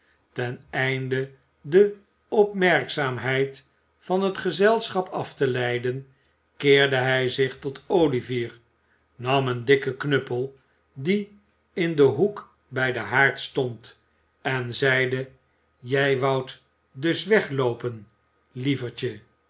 ten einde de opmerkzaamheid van het gezelschap af te leiden keerde hij zich tot olivier nam een dikken knuppel die in den hoek bij den haard stond en zeide jij woudt dus wegloopen lievertje